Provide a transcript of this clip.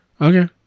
Okay